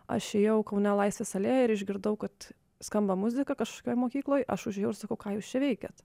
aš ėjau kaune laisvės alėjoj ir išgirdau kad skamba muzika kažkokioj mokykloj aš užėjau ir sakau ką jūs čia veikiat